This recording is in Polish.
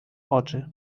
oczy